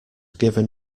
given